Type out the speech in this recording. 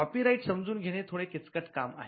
copy right समजून घेणे थोडे किचकट काम आहे